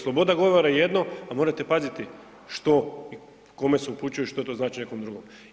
Sloboda govora je jedno, a morate pazite što i kome se upućuje, što to znači nekom drugom.